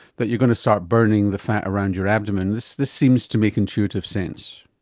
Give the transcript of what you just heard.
that you're going to start burning the fat around your abdomen. this this seems to make intuitive sense.